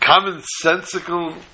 Common-sensical